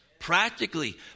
practically